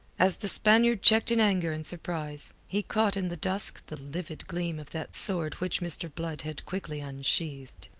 as the spaniard checked in anger and surprise, he caught in the dusk the livid gleam of that sword which mr. blood had quickly unsheathed.